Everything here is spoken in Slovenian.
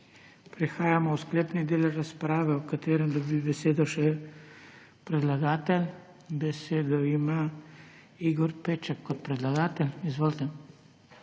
Prehajamo v sklepni del razprave, v kateri dobi besedo še predlagatelj. Besedo ima Igor Peček kot predlagatelj. Izvolite